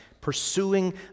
pursuing